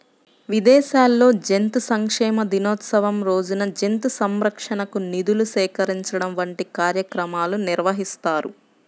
విదేశాల్లో జంతు సంక్షేమ దినోత్సవం రోజున జంతు సంరక్షణకు నిధులు సేకరించడం వంటి కార్యక్రమాలు నిర్వహిస్తారు